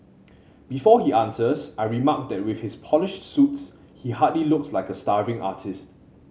before he answers I remark that with his polished suits he hardly looks like a starving artist